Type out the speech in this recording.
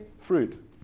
fruit